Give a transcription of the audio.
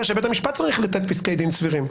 שבית המשפט צריך לתת פסקי דין סבירים.